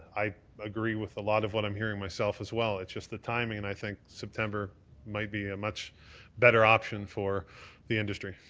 i agree with a lot of what i'm hearing as well, it's just the timing and i think september might be a much better option for the industry.